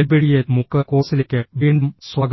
NPTEL മൂക്കിന്റെ കോഴ്സിലേക്ക് വീണ്ടും സ്വാഗതം